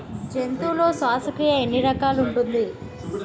జంతువులలో శ్వాసక్రియ ఎన్ని రకాలు ఉంటది?